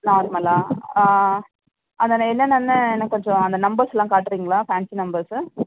நார்மலா அதில் என்னென்னனு எனக்கு கொஞ்சம் அந்த நம்பர்ஸெலாம் காட்டுறீங்களா ஃபேன்ஸி நம்பர்ஸ்